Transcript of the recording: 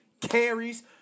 carries